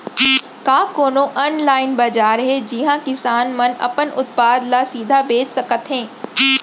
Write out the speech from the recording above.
का कोनो अनलाइन बाजार हे जिहा किसान मन अपन उत्पाद ला सीधा बेच सकत हे?